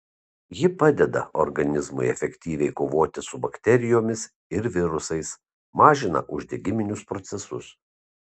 ji padeda organizmui efektyviai kovoti su bakterijomis ir virusais mažina uždegiminius procesus